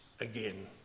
again